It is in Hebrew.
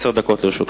עשר דקות לרשותך.